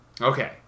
Okay